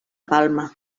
palma